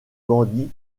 bandits